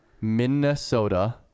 Minnesota